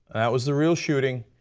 that was the real shooting,